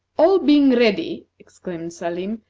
all being ready, exclaimed salim,